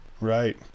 Right